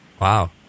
Wow